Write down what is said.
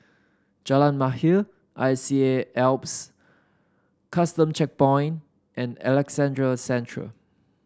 Jalan Mahir I C A Alps Custom Checkpoint and Alexandra Central